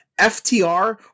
FTR